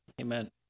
Amen